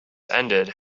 ended